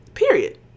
Period